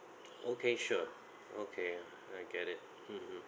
okay sure okay I get it mmhmm